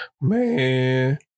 Man